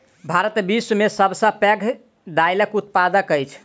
भारत विश्व में सब सॅ पैघ दाइलक उत्पादक अछि